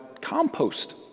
compost